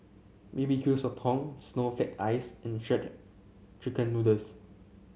B B Q Sotong Snowflake Ice and Shredded Chicken Noodles